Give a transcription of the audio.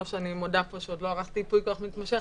אני מודה שעוד לא ערכתי ייפוי כוח מתמשך,